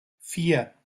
vier